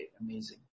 amazing